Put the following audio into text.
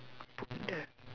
புண்ட:punda